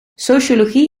sociologie